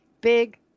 Big